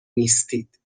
نیستید